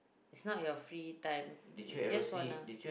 it's not your free time you just wanna